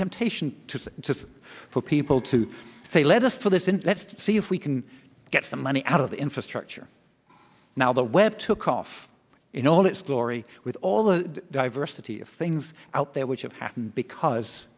temptation to just for people to say let us put this in let's see if we can get some money out of the infrastructure now the web took off in all its glory with all the diversity of things out there which have happened because